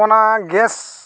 gas